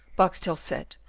boxtel said,